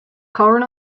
coral